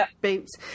boots